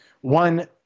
one